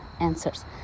answers